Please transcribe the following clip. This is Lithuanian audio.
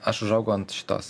aš užaugau ant šitos